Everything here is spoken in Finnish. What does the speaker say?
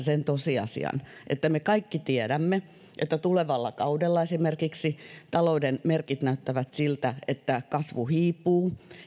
sen tosiasian että me kaikki tiedämme että esimerkiksi tulevalla kaudella talouden merkit näyttävät siltä että kasvu hiipuu